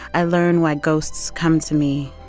i learned why ghosts come to me.